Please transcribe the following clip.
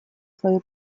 свою